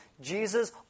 Jesus